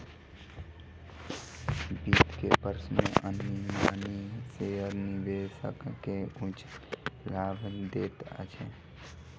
वित्त वर्ष में अधिमानी शेयर निवेशक के उच्च लाभ दैत अछि